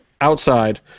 outside